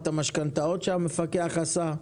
לא ראיתי אותו עוסק ברפואה כבר 30 שנים אבל הוא יצא רופא.